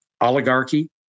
oligarchy